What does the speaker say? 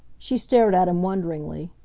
she stared at him wonderingly.